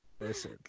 listen